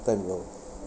time you know